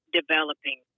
developing